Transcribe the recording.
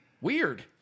Weird